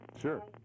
Sure